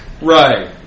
Right